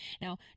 Now